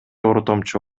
ортомчу